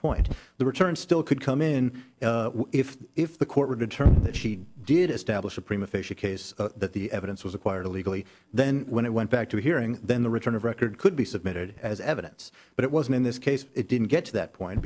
point the return still could come in if if the court were determined that she did establish a prima facia case that the evidence was acquired illegally then when it went back to a hearing then the return of record could be submitted as evidence but it wasn't in this case it didn't get to that point